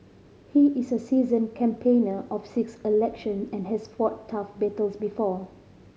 he is a seasoned campaigner of six election and has fought tough battles before